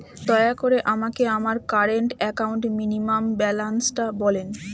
দয়া করে আমাকে আমার কারেন্ট অ্যাকাউন্ট মিনিমাম ব্যালান্সটা বলেন